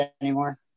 anymore